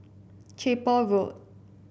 Chapel Road